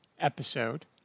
episode